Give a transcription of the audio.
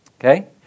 Okay